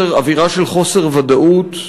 אווירה של חוסר ודאות.